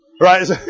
Right